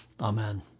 amen